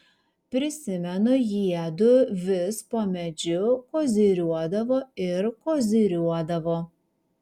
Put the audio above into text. prisimenu jiedu vis po medžiu koziriuodavo ir koziriuodavo